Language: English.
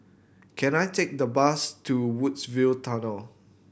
can I take the bus to Woodsville Tunnel